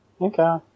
Okay